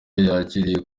yakiriye